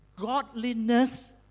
Godliness